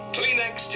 Kleenex